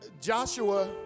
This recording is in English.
Joshua